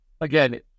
again